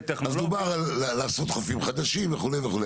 אז דובר לעשות חופים חדשים וכו' וכו',